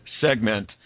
segment